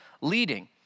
leading